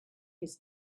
his